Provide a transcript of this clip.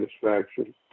satisfaction